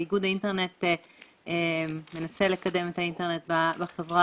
איגוד האינטרנט מנסה לקדם את האינטרנט בחברה